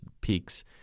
peaks